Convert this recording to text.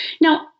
Now